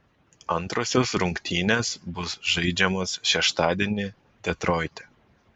antrosios rungtynės bus žaidžiamos šeštadienį detroite